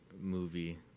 movie